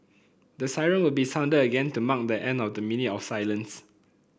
the siren will be sounded again to mark the end of the minute of silence